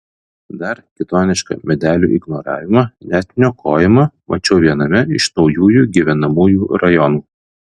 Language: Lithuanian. dar kitonišką medelių ignoravimą net niokojimą mačiau viename iš naujųjų gyvenamųjų rajonų